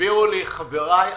תסבירו לי חבריי הכלכלנים.